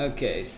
Okay